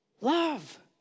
Love